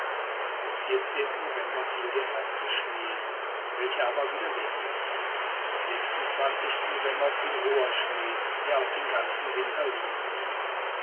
am november fiel der erste schnee welcher aber wieder wegging am november fiel hoher schnee der auch den ganzen winter liegen blieb